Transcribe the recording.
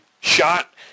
Shot